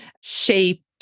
shaped